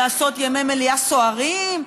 לעשות ימי מליאה סוערים,